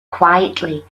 quietly